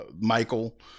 Michael